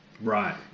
Right